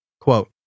Quote